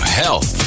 health